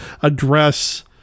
address